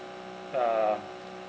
uh